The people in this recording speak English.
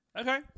Okay